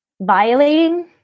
violating